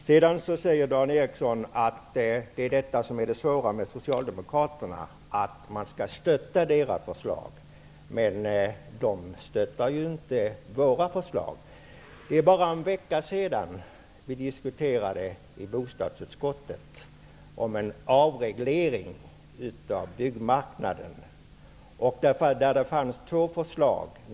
Sedan säger Dan Eriksson att det svåra med Socialdemokraterna är att man skall stötta deras förslag. Men Ny demokrati stöttar inte våra förslag. Det är bara en vecka sedan som vi i bostadsutskottet diskuterade en avreglering av byggmarknaden. Där fanns två förslag.